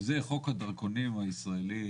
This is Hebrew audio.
וזה חוק הדרכונים הישראלי,